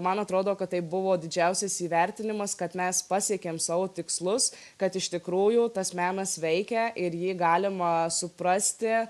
man atrodo kad tai buvo didžiausias įvertinimas kad mes pasiekėm savo tikslus kad iš tikrųjų tas menas veikia ir jį galima suprasti